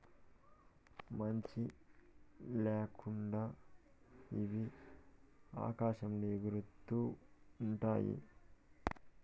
మంచి ల్యాకుండా ఇవి ఆకాశంలో ఎగురుతూ ఉంటాయి